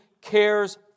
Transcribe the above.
cares